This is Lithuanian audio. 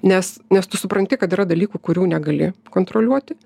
nes nes tu supranti kad yra dalykų kurių negali kontroliuoti